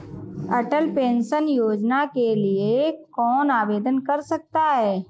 अटल pension योजना के लिए कौन आवेदन कर सकता है?